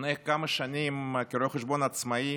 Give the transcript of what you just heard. לפני כמה שנים הייתי רואה חשבון עצמאי